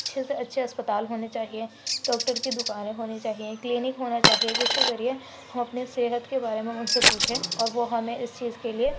اچھے سے اچھے اسپتال ہونے چاہیے ڈاکٹر کی دکانیں ہونی چاہیے کلینک ہونا چاہیے جس کے ذریعے ہم اپنی صحت کے بارے میں ہم ان سے پوچھیں اور وہ ہمیں اس چیز کے لیے